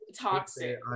toxic